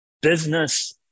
business